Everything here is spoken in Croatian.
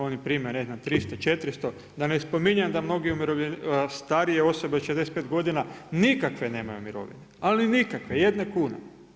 Oni prime ne znam, 300, 400, da ne spominjem da mnoge starije osobe od 65 godina, nikakve nemaju mirovne, ali nikakve mirovine, jedne kune.